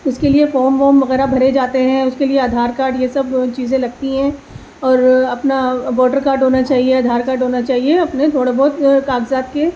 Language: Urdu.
اس کے لیے فوم اوم وغیرہ بھرے جاتے ہیں اس کے لیے آدھار کارڈ یہ سب چیزیں لگتی ہیں اور اپنا ووٹر کاڈ ہونا چاہیے آدھار کاڈ ہونا چاہیے اپنے تھوڑا بہت کاغذات کے